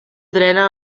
drena